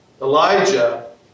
Elijah